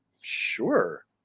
sure